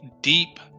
deep